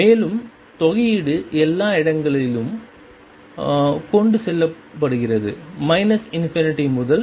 மேலும் தொகையீடு எல்லா இடங்களுக்கும் கொண்டு செல்லப்படுகிறது ∞ முதல்